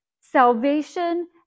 Salvation